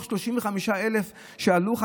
35,000 שעלו,